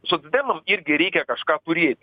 socdemam irgi reikia kažką turėti